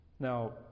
Now